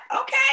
Okay